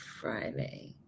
Friday